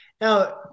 Now